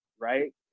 right